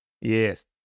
Yes